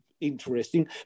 Interesting